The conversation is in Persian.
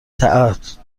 تعهدات